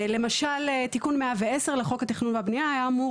למשל: תיקון 110 לחוק התכנון והבנייה היה אמור